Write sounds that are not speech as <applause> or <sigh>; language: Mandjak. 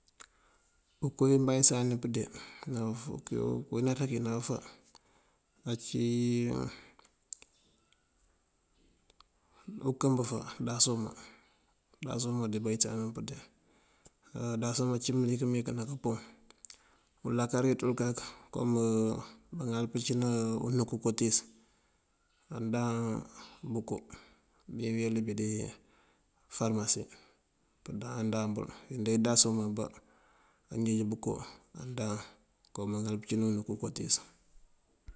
Unkoo wí banyësani pëndee <hesitation> kí naţa kí ná bëfá ací <hesitation> unkëb ndasoma, ndasoma dí banyësan dun pëndee. Ndasoma ací mëlik má yënkani dí pëmpom. Ulakara wí ţul kak kom maŋal kancína unuk kootíis andáan buko bí weli dí farëmasi këndáan dáan bël. Imëndee ndasoma ambá anjeej buko andáan kom maŋal pëncína unuk kootíis.